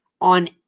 on